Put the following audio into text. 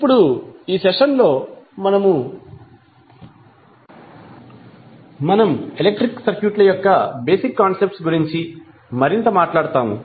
ఇప్పుడు ఈ సెషన్లో మనము ఎలక్ట్రిక్ సర్క్యూట్ల యొక్క బేసిక్ కాన్సెప్ట్స్ గురించి మరింత మాట్లాడుతాము